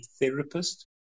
therapist